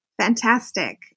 Fantastic